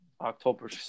October